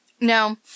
No